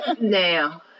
now